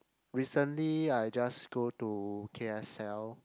recently I just go to K_S_L